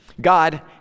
God